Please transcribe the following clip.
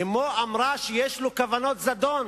אמו אמרה שיש לו כוונות זדון,